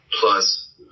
plus